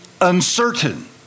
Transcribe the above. uncertain